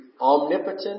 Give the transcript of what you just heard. omnipotent